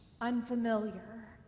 unfamiliar